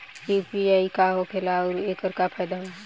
UPI का होखेला आउर एकर का फायदा बा?